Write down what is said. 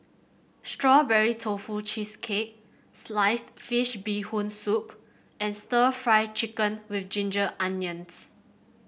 Strawberry Tofu Cheesecake Sliced Fish Bee Hoon Soup and stir Fry Chicken with Ginger Onions